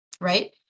right